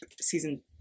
season